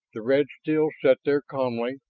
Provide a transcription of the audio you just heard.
the red still sat there calmly,